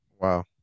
Wow